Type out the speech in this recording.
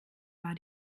war